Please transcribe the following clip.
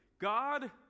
God